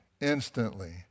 instantly